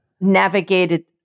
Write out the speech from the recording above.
navigated